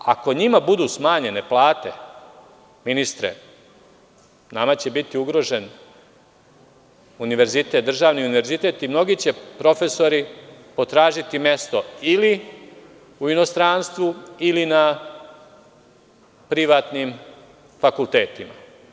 Ako njima budu smanjene plate, ministre, nama će biti ugrožen državni univerzitet i mnogi će profesori potražiti mesto ili u inostranstvu, ili na privatnim fakultetima.